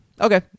Okay